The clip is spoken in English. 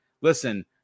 listen